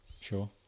Sure